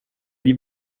die